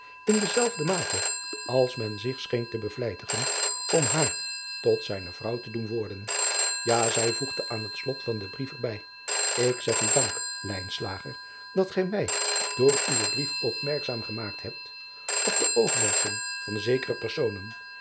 in dezelfde mate als men zich scheen te bevlijtigen om haar tot zijne vrouw te doen worden a zij voegde aan het slot van den brief er bij ik zeg u dank dat gij mij door uwen brief opmerkzaam gemaakt hebt op de oogmerken van zekere personen